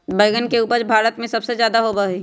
बैंगन के उपज भारत में सबसे ज्यादा होबा हई